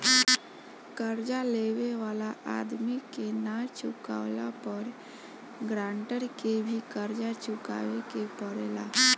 कर्जा लेवे वाला आदमी के ना चुकावला पर गारंटर के भी कर्जा चुकावे के पड़ेला